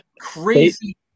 crazy